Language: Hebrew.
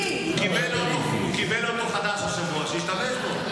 הוא קיבל אוטו חדש השבוע, שישתמש בו.